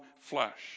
flesh